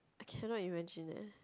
I cannot imagine eh